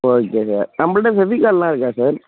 okay sir நம்பள்கிட்ட பெஃவிக்கால்லாம் இருக்கா சார்